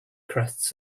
crests